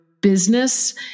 business